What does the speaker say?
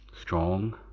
strong